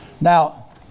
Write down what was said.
Now